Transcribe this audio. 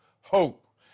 hope